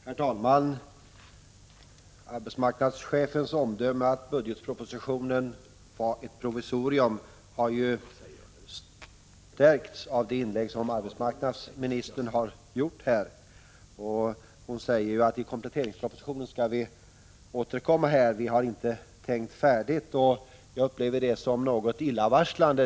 Herr talman! Arbetsmarknadschefens omdöme att budgetpropositionen var ett provisorium har stärkts av det inlägg som arbetsmarknadsministern har gjort. Hon säger att regeringen skall återkomma i kompletteringspropositionen därför att man inte har tänkt färdigt. Jag upplever det som en aning illavarslande.